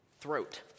throat